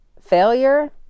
Failure